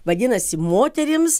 vadinasi moterims